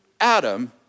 Adam